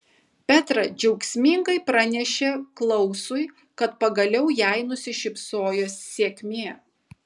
petra džiaugsmingai pranešė klausui kad pagaliau jai nusišypsojo sėkmė